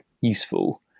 useful